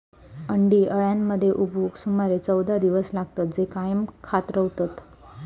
अंडी अळ्यांमध्ये उबवूक सुमारे चौदा दिवस लागतत, जे कायम खात रवतत